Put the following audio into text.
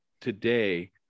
today